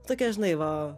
tokią žinai va